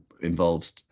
involves